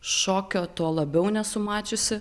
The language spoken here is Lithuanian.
šokio tuo labiau nesu mačiusi